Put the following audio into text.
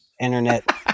internet